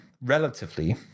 relatively